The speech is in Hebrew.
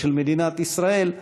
ושל מדינת ישראל,